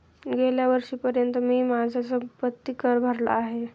गेल्या वर्षीपर्यंत मी माझा संपत्ति कर भरला आहे